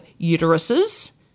uteruses